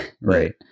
right